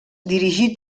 dirigí